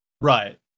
right